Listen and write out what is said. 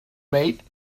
mate